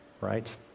right